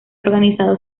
organizado